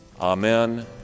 Amen